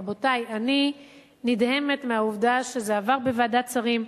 רבותי, אני נדהמת מהעובדה שזה לא עבר בוועדת שרים.